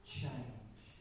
change